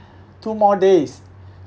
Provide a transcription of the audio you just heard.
two more days